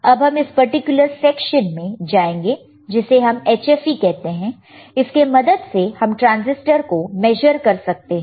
अब हम इस पर्टिकुलर सेक्शन में जाएंगे जिसे हम HFE कहते हैं इसके मदद से हम ट्रांसिस्टर को मेजर कर सकते हैं